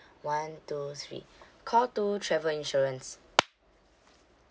one two three call two travel insurance